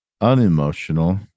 unemotional